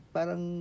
Parang